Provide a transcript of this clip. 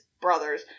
Brothers